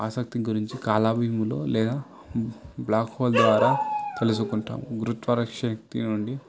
ఆసక్తి గురించి కాలా బీములు లేదా బ్లాక్ హోల్ ద్వారా తెలుసుకుంటాము గురుత్వాకర్షణ శక్తి నుండి